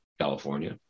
California